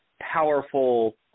powerful